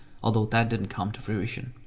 although, that didn't come to fruition.